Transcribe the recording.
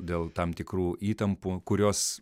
dėl tam tikrų įtampų kurios